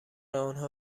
آنها